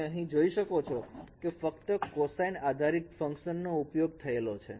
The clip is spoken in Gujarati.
તમે જોઈ શકો છો કે ફક્ત કોસાઇન આધારિત ફંકશન નો ઉપયોગ થયેલો છે